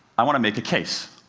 i want to make a case.